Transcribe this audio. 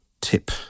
tip